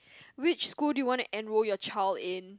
which school do you want to enrol your child in